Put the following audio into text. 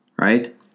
right